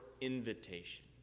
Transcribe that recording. invitation